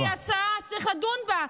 כי זאת הצעה שצריך לדון בה.